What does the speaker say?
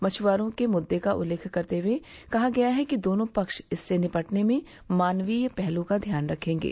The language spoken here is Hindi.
मछेआरों के मुद्दे का उल्लेख करते हुए कहा गया है कि दोनों पक्ष इससे निपटने में मानवीय पहलू का ध्यान रखेंगे